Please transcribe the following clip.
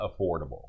affordable